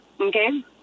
okay